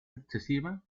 excesiva